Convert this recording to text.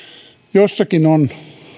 jossakin on